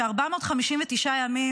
ש-459 ימים,